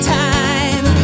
time